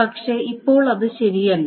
പക്ഷേ ഇപ്പോൾ അത് ശരിയല്ല